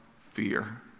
fear